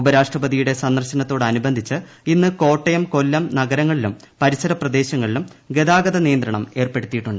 ഉപരാഷ്ട്രപതിയൂടെ സന്ദർശനത്തോടനുബന്ധിച്ച് ഇന്ന് കോട്ടയം കൊല്ലം നഗരങ്ങളിലും പരീസര പ്രദേശങ്ങളിലും ഗതാഗത നിയന്ത്രണം ഏർപ്പെടുത്തിയിട്ടുണ്ട്